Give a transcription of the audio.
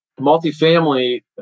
Multifamily